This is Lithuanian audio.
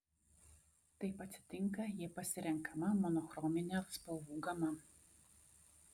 taip atsitinka jei pasirenkama monochrominė spalvų gama